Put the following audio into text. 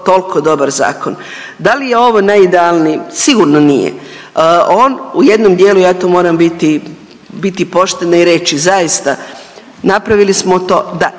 tolko dobar zakon. Da li je ovo najidealniji? Sigurno nije. On u jednom dijelu, ja tu moram biti, biti poštena i reći, zaista napravili smo to da